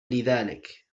لذلك